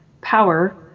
power